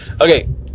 Okay